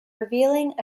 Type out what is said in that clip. revealing